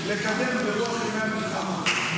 לקדם ברוח ימי המלחמה.